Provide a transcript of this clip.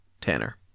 Tanner